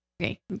Okay